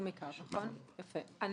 אנחנו